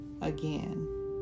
again